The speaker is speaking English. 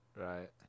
right